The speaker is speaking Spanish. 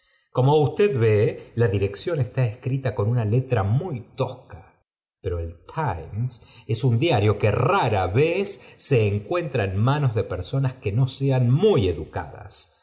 como usted ve la dirección está escrita con una letra muy tosca pero el times es un diario que rara vez se encuentra en manos de personas que no sean muy educadas